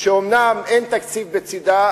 שאומנם אין תקציב בצדה,